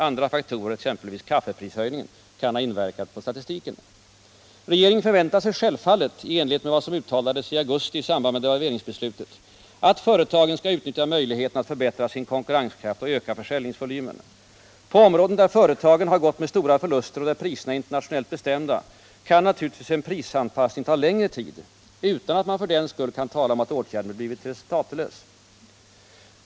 Andra faktorer, exempelvis kaffeprishöjningarna, kan ha inverkat på statistiken. Regeringen förväntar sig självfallet, i enlighet med vad som uttalades i augusti i samband med devalveringsbeslutet, att företagen skall utnyttja möjligheten att förbättra sin konkurrenskraft och öka försäljningsvolymen. På områden där företagen har gått med stora förluster och där priserna är internationellt bestämda kan naturligtvis en prisanpassning ta längre tid utan att man för den skull kan tala om att åtgärden blivit resultatlös.